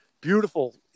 Beautiful